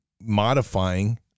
modifying